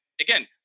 again